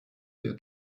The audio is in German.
der